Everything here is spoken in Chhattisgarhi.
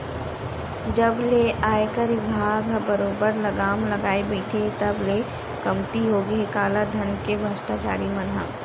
जब ले आयकर बिभाग ह बरोबर लगाम लगाए बइठे हे तब ले कमती होगे हे कालाधन के भस्टाचारी मन ह